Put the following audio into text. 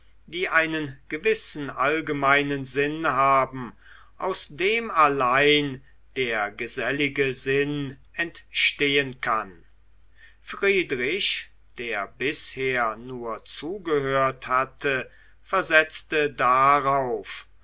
die einen gewissen allgemeinen sinn haben aus dem allein der gesellige sinn entstehen kann friedrich der bisher nur zugehört hatte versetzte darauf